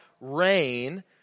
rain